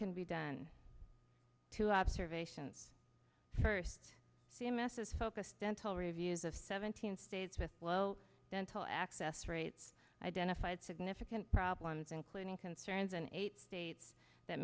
can be done two observations first c m s is focused dental reviews of seventeen states with low dental access rates identified significant problems including concerns in eight states that